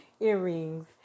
Earrings